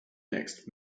next